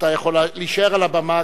אתה יכול להישאר על הבמה,